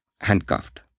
handcuffed